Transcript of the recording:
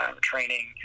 training